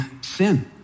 sin